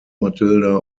matilda